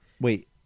Wait